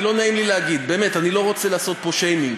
לא נעים לי להגיד ואני לא רוצה לעשות פה שיימינג,